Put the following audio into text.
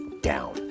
down